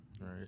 Right